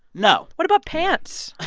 no what about pants?